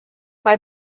mae